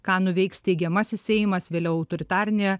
ką nuveiks steigiamasis seimas vėliau autoritarinė